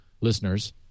listeners